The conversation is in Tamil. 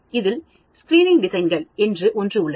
இதில் ஸ்கிரீனிங் டிசைன்கள் என்று ஒன்று உள்ளது